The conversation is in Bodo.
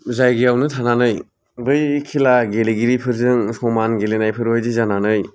जायगायावनो थानानै बै खेला गेलेगिरिफोरजों समान गेलानायफोरबादि जानानै